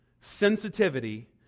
sensitivity